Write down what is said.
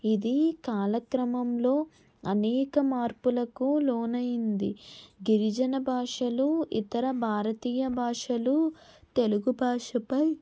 ఇది కాలక్రమంలో అనేక మార్పులకు లోనైంది గిరిజన భాషలు ఇతర భారతీయ భాషలు తెలుగు భాషపై